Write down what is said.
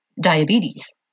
diabetes